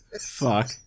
Fuck